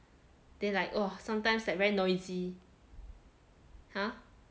then like oh sometimes like very noisy !huh!